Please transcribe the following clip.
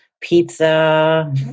pizza